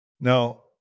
now